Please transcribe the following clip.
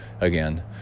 again